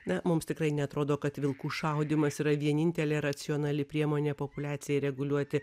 na mums tikrai neatrodo kad vilkų šaudymas yra vienintelė racionali priemonė populiacijai reguliuoti